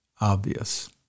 obvious